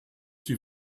die